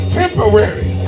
temporary